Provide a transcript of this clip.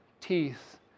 teeth